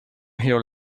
here